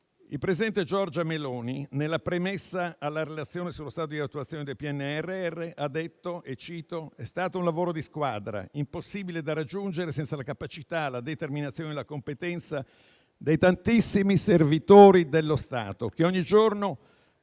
Il presidente Giorgia Meloni, nella premessa alla relazione sullo stato di attuazione del PNRR, ha detto: «È un lavoro di squadra, che sarebbe impossibile senza la capacità, la determinazione e la competenza dei tantissimi servitori dello Stato che ogni giorno